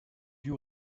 you